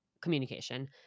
communication